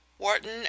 Wharton